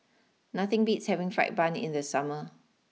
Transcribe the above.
nothing beats having Fried Bun in the summer